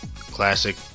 classic